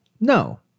no